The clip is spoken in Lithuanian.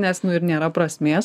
nes nu ir nėra prasmės